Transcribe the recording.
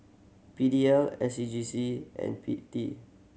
P D L S C G C and P T